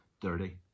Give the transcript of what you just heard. dirty